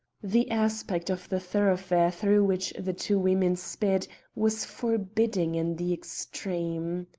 the aspect of the thoroughfare through which the two women sped was forbidding in the extreme.